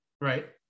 Right